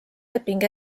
leping